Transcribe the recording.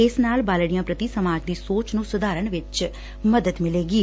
ਇਸ ਨਾਲ ਬਾਲਡੀਆ ਪ੍ਰਤੀ ਸਮਾਜ ਦੀ ਸੋਚ ਨੁੰ ਸੁਧਾਰਨ ਚ ਮਦਦ ਮਿਲੇਗੀ